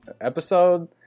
Episode